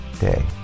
day